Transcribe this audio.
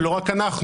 ולא רק אנחנו,